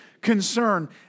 concern